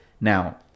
Now